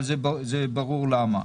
אבל זה ברור למה.